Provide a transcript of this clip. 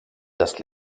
das